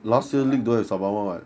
dhoby ghaut lor